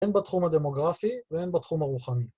הן בתחום הדמוגרפי והן בתחום הרוחני.